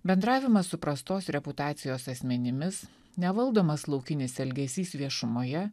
bendravimas su prastos reputacijos asmenimis nevaldomas laukinis elgesys viešumoje